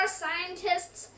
scientists